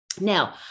Now